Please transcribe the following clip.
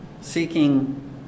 seeking